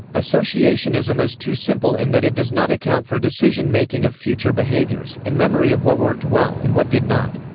associationism is too simple in that it does not account for decision-making of future behaviors, and memory of what worked well and what did not.